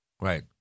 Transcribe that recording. Right